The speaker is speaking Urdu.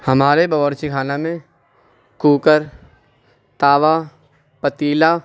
ہمارے باورچی خانہ میں کوکر توا پتیلا